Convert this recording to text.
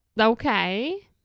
Okay